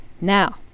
Now